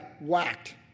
whacked